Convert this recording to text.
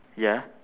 ya